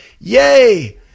Yay